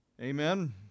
Amen